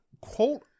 quote